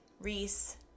Reese